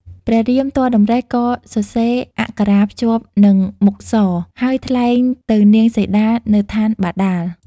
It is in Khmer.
ព្រះរាមទាល់តម្រិះក៏សរសេរអក្ខរាភ្ជាប់នឹងមុខសរ ហើយថ្លែងទៅនាងសីតានៅឋានបាតាល។